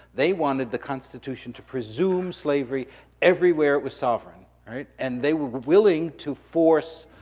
they wanted the constitution to presume slavery everywhere it was sovereign. and they were willing to force,